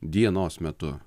dienos metu